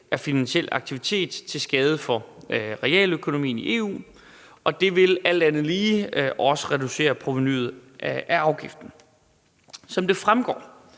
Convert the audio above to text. af finansiel aktivitet til skade for realøkonomien i EU. Det vil alt andet lige også reducere provenuet af afgiften. Kl. 18:09 Som det fremgår